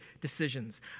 decisions